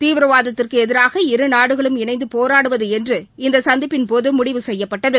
தீவிரவாதத்திற்குஎதிராக இரு நாடுகளும் இணைந்தபோராடுவதுஎன்று இந்தசந்திப்பின்போதுமுடிவு செய்யப்பட்டது